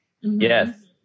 Yes